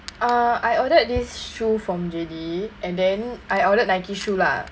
uh I ordered this shoe from J_D and then I ordered Nike shoes lah